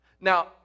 Now